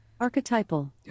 Archetypal